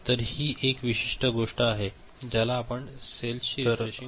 तर ही एक विशिष्ट गोष्ट आहे ज्याला आपण सेल्स ची रीफ्रेशिंग म्हणतो